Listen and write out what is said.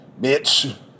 bitch